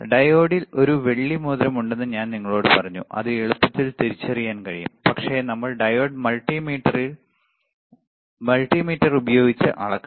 ഡയോഡിൽ ഒരു വെള്ളി മോതിരം ഉണ്ടെന്ന് ഞാൻ നിങ്ങളോട് പറഞ്ഞു അത് എളുപ്പത്തിൽ തിരിച്ചറിയാൻ കഴിയും പക്ഷേ നമ്മൾ ഡയോഡ് മൾട്ടിമീറ്റർ ഉപയോഗിച്ച് അളക്കണം